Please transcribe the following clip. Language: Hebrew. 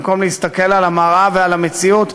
במקום להסתכל על המראה ועל המציאות,